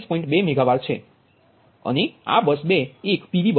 2 megavar છે અને આ બસ બસ 2 એક PV બસ છે